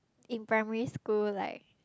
in primary school like